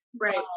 Right